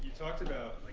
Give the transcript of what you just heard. talked about